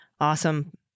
Awesome